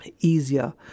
easier